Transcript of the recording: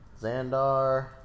Xandar